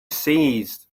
ceased